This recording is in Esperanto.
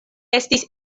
estis